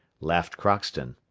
laughed crockston.